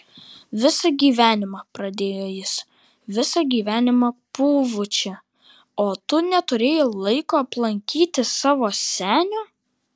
visą gyvenimą pradėjo jis visą gyvenimą pūvu čia o tu neturėjai laiko aplankyti savo senio